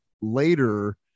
later